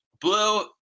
blue